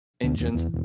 engines